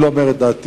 אני לא אומר את דעתי,